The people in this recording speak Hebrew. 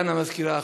סגן המזכירה,